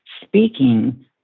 speaking